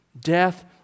death